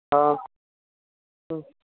ஆ ம்